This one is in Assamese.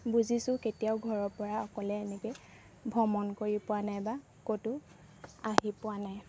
বুজিছোঁ কেতিয়াও ঘৰৰ পৰা অকলে এনেকৈ ভ্ৰমণ কৰি পোৱা নাই বা ক'তো আহি পোৱা নাই